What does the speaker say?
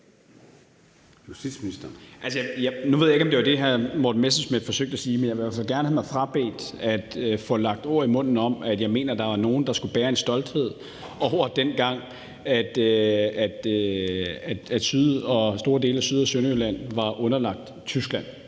Nu ved jeg ikke, om det var det, hr. Morten Messerschmidt forsøgte at sige, men jeg vil i hvert fald gerne have mig frabedt at blive lagt ord i munden om, at jeg mener, at der var nogen, der skulle bære en stolthed over den tid, hvor store dele af Syd- og Sønderjylland var underlagt Tyskland.